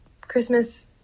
Christmas